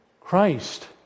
Christ